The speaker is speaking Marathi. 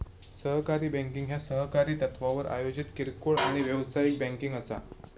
सहकारी बँकिंग ह्या सहकारी तत्त्वावर आयोजित किरकोळ आणि व्यावसायिक बँकिंग असा